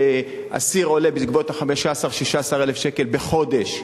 אסיר עולה בסביבות 15,000 16,000 שקל בחודש,